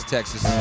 Texas